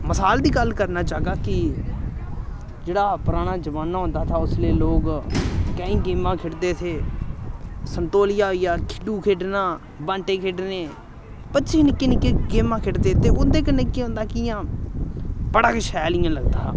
मसाल दी गल्ल करना चाह्गा कि जेह्ड़ा पराना जमान्ना होंदा था उसलै लोक केईं गेमां खेढदे थे संतोलिया होई आ खिड्डू खेढना ब्हांटे खेढने बच्चें निक्के निक्के गेमां खेढदे ते उं'दे कन्नै केह् होंदा कि इ'यां बड़ा गै शैल इ'यां लगदा हा